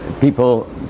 People